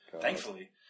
thankfully